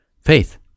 faith